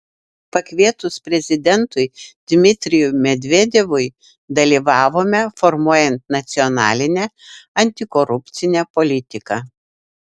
pakvietus prezidentui dmitrijui medvedevui dalyvavome formuojant nacionalinę antikorupcinę politiką